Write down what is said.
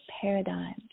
paradigm